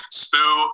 spoo